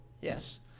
Yes